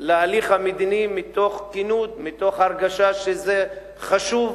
להליך המדיני מתוך כנות, מתוך הרגשה שזה חשוב?